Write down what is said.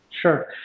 sure